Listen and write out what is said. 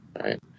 right